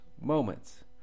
moments